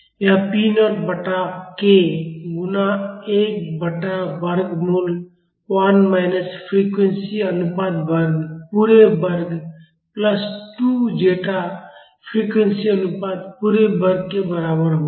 यह P naught बटा k गुणा 1 बटा वर्गमूल 1 माइनस फ़्रीक्वेंसी अनुपात वर्ग पूरे वर्ग प्लस 2 ज़ेटा फ़्रीक्वेंसी अनुपात पूरे वर्ग के बराबर होगा